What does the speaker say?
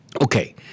Okay